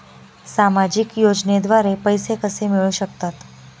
सामाजिक योजनेद्वारे पैसे कसे मिळू शकतात?